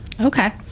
Okay